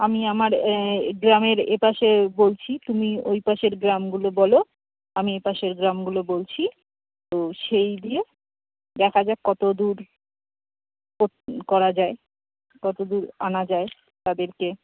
আমি আমার গ্রামের এপাশে বলছি তুমি ওইপাশের গ্রামগুলো বলো আমি এপাশের গ্রামগুলো বলছি তো সেই দিয়ে দেখা যাক কতদূর করা যায় কতদূর আনা যায় তাদেরকে